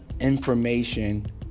information